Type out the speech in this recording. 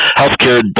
healthcare